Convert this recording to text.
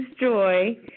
Joy